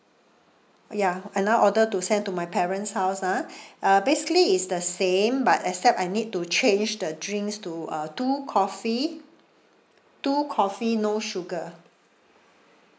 ya and now order to send to my parents' house ah uh basically it's the same but except I need to change the drinks to uh two coffee two coffee no sugar